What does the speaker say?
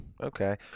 Okay